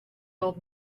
old